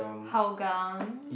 Hougang